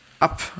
up